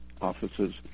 offices